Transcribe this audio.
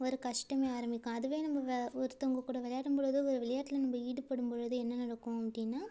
ஒரு கஷ்டமே ஆரம்பிக்கும் அதுவே நம்ம வே ஒருத்தவங்க கூட விளையாடும்பொழுது ஒரு விளையாட்ல நம்ப ஈடுபடும்பொழுது என்ன நடக்கும் அப்படின்னா